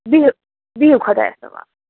بِہو بِہو خۄدایَس حوال